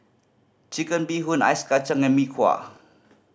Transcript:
Chicken Bee Hoon ice kacang and Mee Kuah